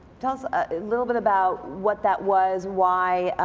tell us a little bit about what that was. why,